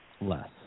less